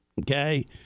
Okay